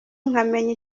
nkamenya